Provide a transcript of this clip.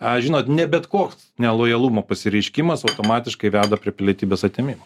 a žinot ne bet koks nelojalumo pasireiškimas automatiškai veda prie pilietybės atėmimo